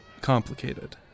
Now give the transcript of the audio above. complicated